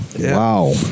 Wow